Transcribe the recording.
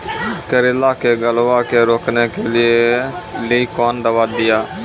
करेला के गलवा के रोकने के लिए ली कौन दवा दिया?